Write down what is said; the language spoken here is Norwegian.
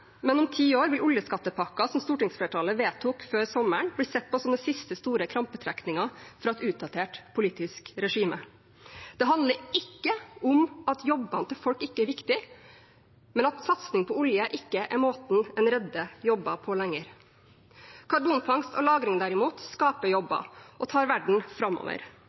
men om ti år vil oljeskattepakken som stortingsflertallet vedtok før sommeren, bli sett på som den siste store krampetrekningen fra et utdatert politisk regime. Det handler ikke om at jobbene til folk ikke er viktige, men om at satsing på olje ikke lenger er måten en redder jobber på. Karbonfangst og -lagring, derimot, skaper jobber og tar verden framover.